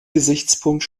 gesichtspunkt